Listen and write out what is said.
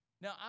Now